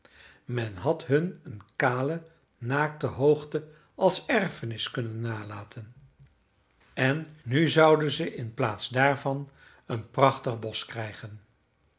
men had hun een kale naakte hoogte als erfenis kunnen nalaten en nu zouden ze in plaats daarvan een prachtig bosch krijgen